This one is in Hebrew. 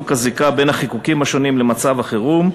הזיקה בין החיקוקים השונים למצב החירום,